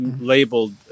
labeled